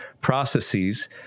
processes